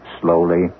slowly